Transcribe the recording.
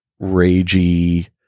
ragey